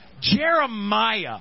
Jeremiah